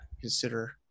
consider